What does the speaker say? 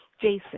Jason